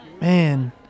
man